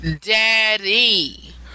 Daddy